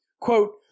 Quote